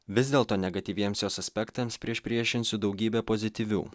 vis dėlto negatyviems jos aspektams priešpriešinsiu daugybę pozityvių